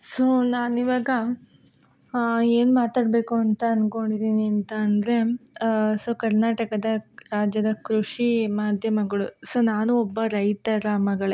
so ನಾನು ಇವಾಗ ಏನು ಮಾತಾಡಬೇಕು ಅಂತ ಅನ್ಕೊಂಡಿದ್ದೀನಿ ಅಂತ ಅಂದರೆ ಸೊ ಕರ್ನಾಟಕದ ರಾಜ್ಯದ ಕೃಷಿ ಮಾಧ್ಯಮಗಳು ಸೊ ನಾನೂ ಒಬ್ಬ ರೈತರ ಮಗಳೇ